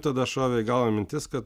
tada šovė į galvą mintis kad